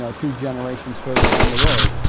ah two generations further down the road.